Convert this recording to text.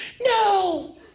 No